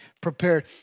prepared